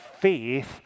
faith